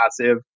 passive